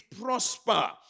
prosper